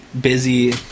busy